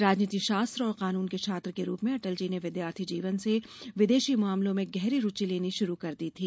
राजनीतिशास्त्र और कानून के छात्र के रूप में अटल जी ने विदयार्थी जीवन से विदेशी मामलों में गहरी रूचि लेनी शुरू कर दी थी